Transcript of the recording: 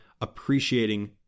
appreciating